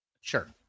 Sure